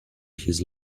his